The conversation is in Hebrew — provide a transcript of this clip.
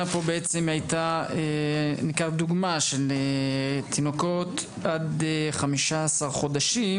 ניקח דוגמה של תינוקות עד 15 חודשים